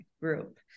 group